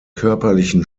körperlichen